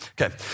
Okay